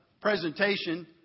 presentation